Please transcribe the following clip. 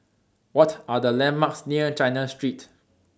What Are The landmarks near China Street